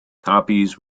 copies